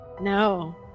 No